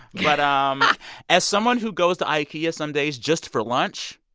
but um ah as someone who goes to ikea some days just for lunch,